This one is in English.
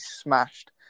smashed